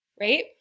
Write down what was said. right